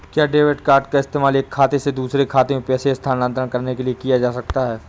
क्या debit card का इस्तेमाल एक खाते से दूसरे खाते में पैसे स्थानांतरण करने के लिए किया जा सकता है?